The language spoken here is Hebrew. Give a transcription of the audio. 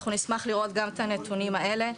אנחנו נשמח לראות גם את הנתונים האלה.